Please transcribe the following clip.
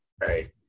right